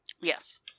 Yes